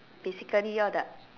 physically all the